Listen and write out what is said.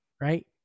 right